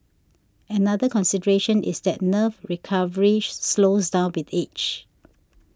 another consideration is that nerve recovery slows down with age